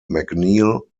macneil